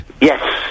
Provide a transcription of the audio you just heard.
Yes